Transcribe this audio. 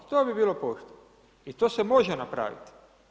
To bi bilo pošteno i to se može napraviti.